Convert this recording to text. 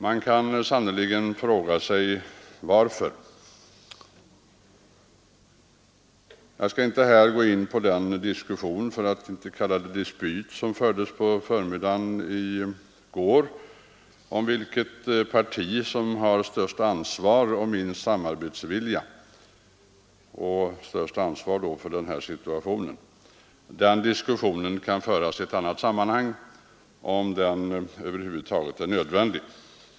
Man kan sannerligen fråga: Varför? Jag skall inte här gå in på den diskussion — för att inte tala om dispyt — som fördes på förmiddagen i går om vilket parti som hade störst ansvar och minst samarbetsvilja, störst ansvar då för denna situation. Den diskussionen kan föras i ett annat sammanhang, om den över huvud är nödvändig.